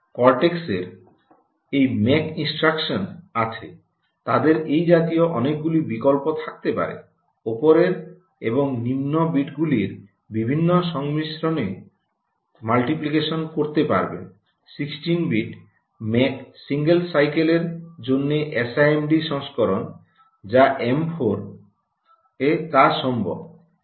কর্টেক্সের এই MAC instruction আছে তাদের এ জাতীয় অনেকগুলি বিকল্প থাকতে পারে উপরের এবং নিম্ন বিটগুলির বিভিন্ন সংমিশ্রণের মাল্টিপ্লিকেশন করতে পারবেন 16 বিট ম্যাক সিঙ্গেল সাইকেলের জন্য এসআইএমডি সংস্করণ যা এম 4 এ তা সম্ভব